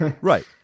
Right